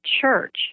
church